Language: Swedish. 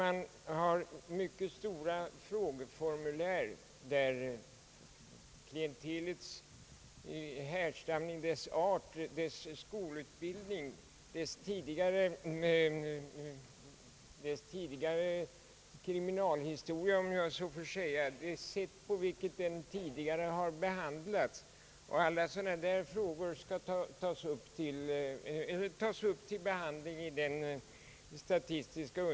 Man undersöker klientelet med avseende på bakgrund, brottets art, skolutbildning, tidigare kriminell belastning, det sätt på vilket de intagna tidigare behandlats osv., och detta material bearbetas sedan statistiskt.